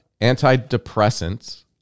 antidepressants